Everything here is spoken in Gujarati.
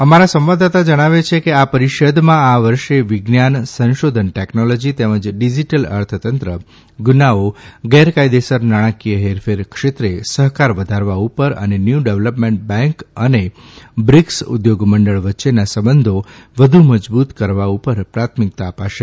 અમારા સંવાદદાતા જણાવે છે કે આ પરીષદમાં આ વર્ષે વિજ્ઞાન સંશોધન ટેકનોલોજી તેમજ ડીજીટલ અર્થતંત્ર ગુનાઓ ગેરકાયદેસર નાણાંકીય હેરફેર ક્ષેત્રે સહકાર વધારવા ઉપર અને ન્યુ ડેવલપમેન્ટ બેંક અને બ્રિકસ ઉદ્યોગ મંડળ વચ્ચેના સંબંધો વધુ મજબુત કરવા ઉપર પ્રાથમિકતા અપાશે